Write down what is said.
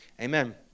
amen